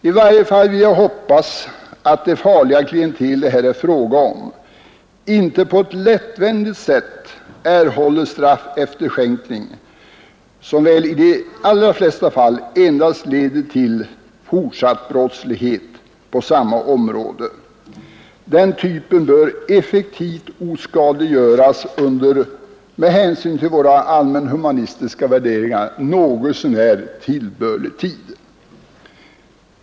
I varje fall vill jag hopppas att det farliga klientel det här är fråga om inte på ett lättvindigt sätt erhåller straffefterskänkning, som i de flesta fall endast leder till fortsatt brottslighet på samma område. Den typen bör — naturligtvis med beaktande av våra allmänna humanistiska värderingar — effektivt oskadliggöras under tillbörlig tid.